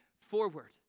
forward